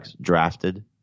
drafted